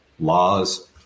laws